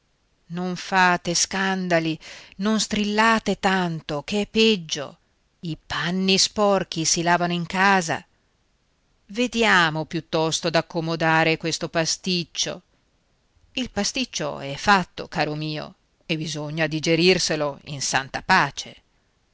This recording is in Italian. non fate scandali non strillate tanto ch'è peggio i panni sporchi si lavano in casa vediamo piuttosto d'accomodare questo pasticcio il pasticcio è fatto caro mio e bisogna digerirselo in santa pace